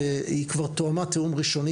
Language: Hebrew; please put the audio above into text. עשתה מטמורפוזה,